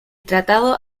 tratado